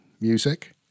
music